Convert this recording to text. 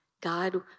God